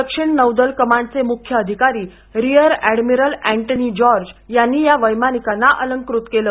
दक्षिण नौदल कमांडचे मुख्य अधिकारी रिअर ऍडमिरल एंटनी जॉर्ज यांनी या वैमानिकांना अलंकृत केलं